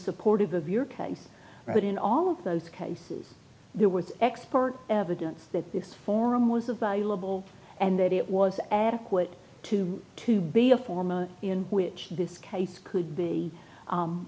supportive of your case but in all of those cases there was expert evidence that this forum was a valuable and that it was adequate to to be a formula in which this case could be